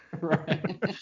right